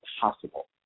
possible